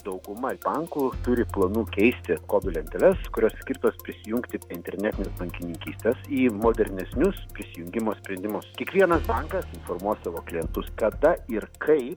dauguma bankų turi planų keisti kodų lenteles kurios skirtos prisijungti prie internetinės bankininkystės į modernesnius prisijungimo sprendimus kiekvienas bankas suformuos savo klientus kada ir kaip